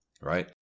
right